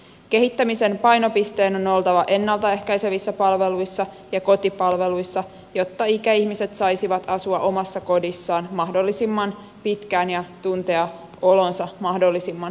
kehittämisen painopisteen on oltava ennalta ehkäisevissä palveluissa ja kotipalveluissa jotta ikäihmiset saisivat asua omassa kodissaan mahdollisimman pitkään ja tuntea olonsa mahdollisimman turvalliseksi